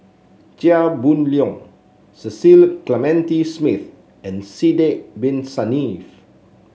Chia Boon Leong Cecil Clementi Smith and Sidek Bin Saniff